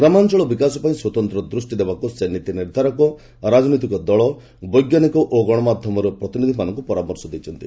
ଗ୍ରାମାଞ୍ଚଳ ବିକାଶ ପାଇଁ ସ୍ୱତନ୍ତ ଦୃଷ୍ଟି ଦେବାକୁ ସେ ନୀତି ନିର୍ଦ୍ଧାରକ ରାଜନୈତିକ ଦଳ ବୈଜ୍ଞାନିକ ଓ ଗଣମାଧ୍ୟମର ପ୍ରତିନିଧିମାନଙ୍କୁ ପରାମର୍ଶ ଦେଇଛନ୍ତି